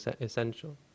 essential